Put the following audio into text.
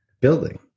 building